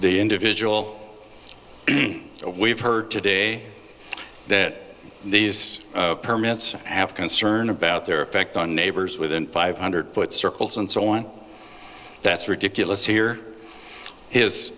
the individual we've heard today that these permits have concern about their effect on neighbors within five hundred foot circles and so on that's ridiculous here his